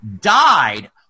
died